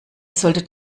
solltet